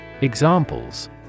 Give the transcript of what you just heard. Examples